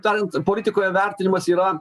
tariant politikoje vertinimas yra